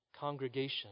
congregation